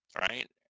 right